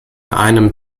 einem